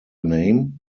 name